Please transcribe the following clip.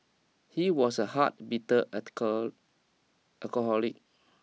he was a hard bitter article alcoholic